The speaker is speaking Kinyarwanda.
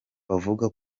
bavuga